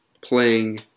playing